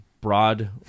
broad